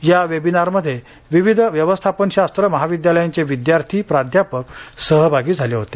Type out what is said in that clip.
या वेबिनारमध्ये विविध व्यवस्थापन शास्त्र महाविद्यालयांचे विद्यार्थी प्राध्यापक सहभागी झाले होते